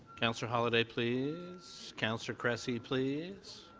councillor holyday, please. councillor cressy, please.